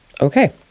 okay